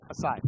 aside